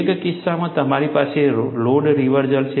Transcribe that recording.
એક કિસ્સામાં તમારી પાસે લોડ રિવર્સલ છે